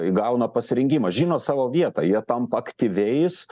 įgauna pasirengimą žino savo vietą jie tampa aktyviais